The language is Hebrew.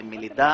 זה מלידה,